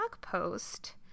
post